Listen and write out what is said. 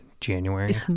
January